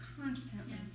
constantly